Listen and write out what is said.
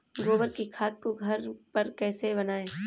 गोबर की खाद को घर पर कैसे बनाएँ?